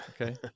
Okay